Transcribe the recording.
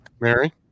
mary